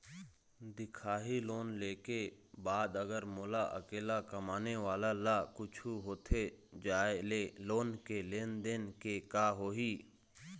दिखाही लोन ले के बाद अगर मोला अकेला कमाने वाला ला कुछू होथे जाय ले लोन के लेनदेन के का होही?